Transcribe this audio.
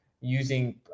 using